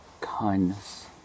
Kindness